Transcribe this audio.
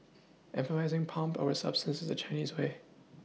emphasising pomp over substance is the Chinese way